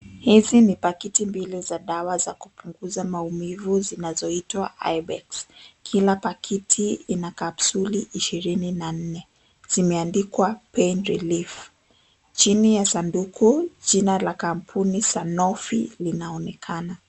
Hizi ni pakiti mbili za dawa za kupunguza maumivu zinazo itwa IBEX. Kila pakiti ina kapsuli 24 zimeandikwa PAIN RELIEF . Chini ya sanduku jina la kampuni SANOFI linaonekana.